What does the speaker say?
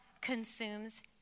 consumes